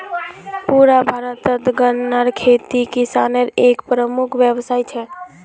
पुरा भारतत गन्नार खेती किसानेर एक प्रमुख व्यवसाय छे